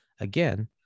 Again